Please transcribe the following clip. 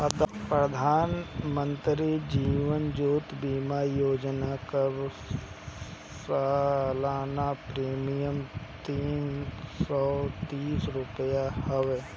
प्रधानमंत्री जीवन ज्योति बीमा योजना कअ सलाना प्रीमियर तीन सौ तीस रुपिया हवे